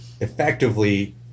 effectively